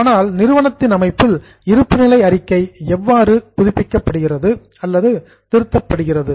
ஆனால் நிறுவனத்தின் அமைப்பில் இருப்புநிலை அறிக்கை இவ்வாறு அப்டேட்டட் புதுப்பிக்கப்படுகிறது அல்லது ரிவைஸ்டு திருத்தப்படுகிறது